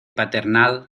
paternal